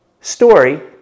story